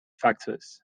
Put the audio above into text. factors